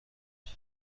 چون